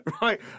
Right